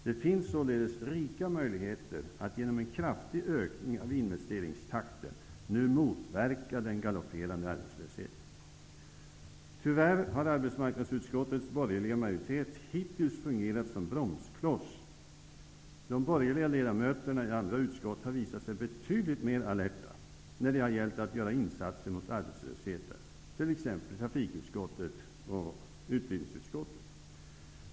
Det finns således rika möjligheter att genom en kraftig ökning av investeringstakten nu motverka den galopperande arbetslösheten. Tyvärr har arbetsmarknadsutskottets borgerliga majoritet hittills fungerat som bromskloss. De borgerliga ledamöterna i andra utskott, t.ex. trafikutskottet och utbildningsutskottet, har visat sig betydligt mer alerta när det har gällt att göra insatser mot arbetslösheten.